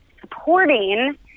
supporting